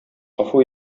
гафу